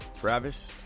Travis